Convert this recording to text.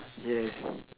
yes